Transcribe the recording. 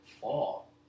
fall